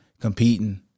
competing